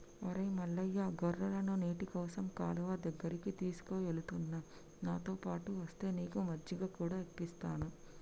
ఒరై మల్లయ్య గొర్రెలను నీటికోసం కాలువ దగ్గరికి తీసుకుఎలుతున్న నాతోపాటు ఒస్తే నీకు మజ్జిగ కూడా ఇప్పిస్తాను